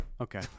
Okay